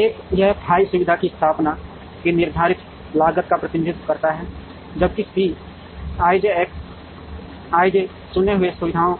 एक यह फाई सुविधा की स्थापना की निर्धारित लागत का प्रतिनिधित्व करता है जबकि सी आईजे एक्स आईजे चुने हुए सुविधाओं